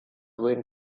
wind